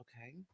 okay